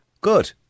Good